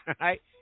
right